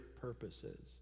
purposes